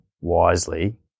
wisely